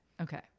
okay